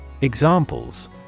Examples